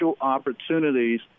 opportunities